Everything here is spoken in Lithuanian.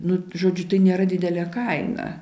nu žodžiu tai nėra didelė kaina